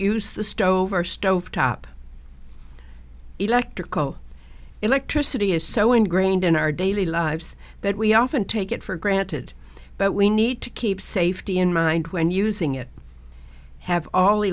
use the stove or stove top electrical electricity is so ingrained in our daily lives that we often take it for granted but we need to keep safety in mind when using it have all the